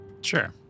Sure